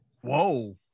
whoa